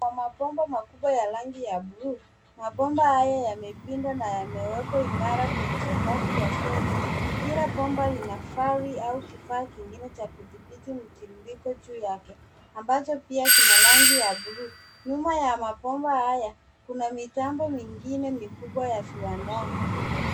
Kwa mabomba makubwa ya rangi ya blue . Mabomba haya yamepinda na yamewekwa imara kwenye sakafu ya sege. Kila bomba lina fari au kifaa kingine cha kudhibiti mtiririko juu yake, ambacho pia kina rangi ya blue . Nyuma ya mabomba haya kuna mitambo miingine mikubwa ya viwandani.